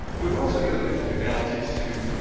we've also used network analysis to